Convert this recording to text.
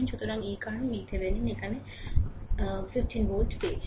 তাই এটা সুতরাং সে কারণেই VThevenin এখানে 15 ভোল্ট পেয়েছে